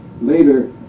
later